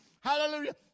Hallelujah